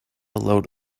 load